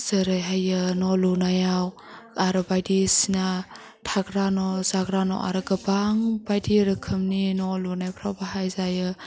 जेरैहायो न' लुनायाव आरो बायदिसिना थाग्रा न' जाग्रा न' आरो गोबां बायदि रोखोमनि न' लुनायफ्राव बाहायजायो